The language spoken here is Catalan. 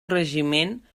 regiment